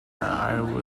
iowa